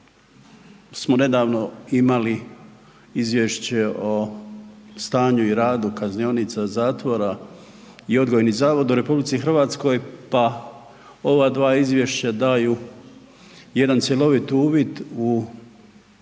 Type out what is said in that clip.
smo nedavno imali Izvješće o stanju i radu kaznionica, zatvora i odgojnih zavoda u RH, pa ova dva izvješća daju jedan cjelovit uvid u sustav